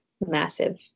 massive